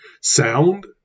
sound